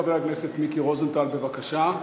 חבר הכנסת מיקי רוזנטל, בבקשה.